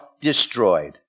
destroyed